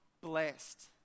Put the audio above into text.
blessed